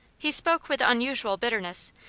he spoke with unusual bitterness,